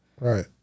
Right